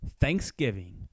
Thanksgiving